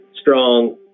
strong